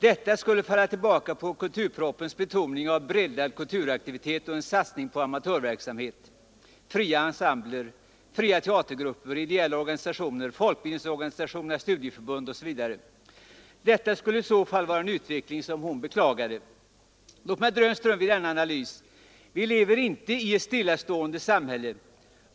Detta skulle illustreras genom kulturpropositionens betoning av en breddad kulturaktivitet och en satsning på amatörverksamhet, fria ensembler, fria teatergrupper, ideella organisationer, folkbildningsorganisationernas studieförbund osv. Det skulle i så fall vara en utveckling som fru Mogård beklagade. Låt mig dröja en stund vid denna analys. Vi lever inte i ett stillastående samhälle.